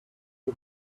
who